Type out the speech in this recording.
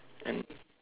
and